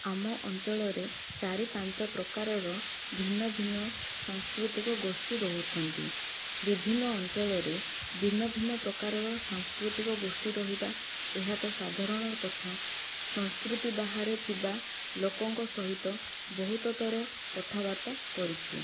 ଆମ ଅଞ୍ଚଳରେ ଚାରି ପାଞ୍ଚ ପ୍ରକାରର ଭିନ୍ନ ଭିନ୍ନ ସାଂସ୍କୃତିକ ଗୋଷ୍ଠୀ ରହୁଛନ୍ତି ବିଭିନ୍ନ ଅଞ୍ଚଳରେ ଭିନ୍ନ ଭିନ୍ନ ପ୍ରକାରର ସାଂସ୍କୃତିକ ଗୋଷ୍ଠୀ ରହିବା ଏହା ତ ସାଧାରଣ କଥା ସଂସ୍କୃତି ବାହାରେ ଥିବା ଲୋକଙ୍କ ସହିତ ବହୁତ ଥର କଥାବାର୍ତ୍ତା କରିଛୁ